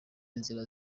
inzira